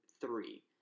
three